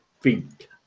feet